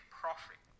profit